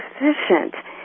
efficient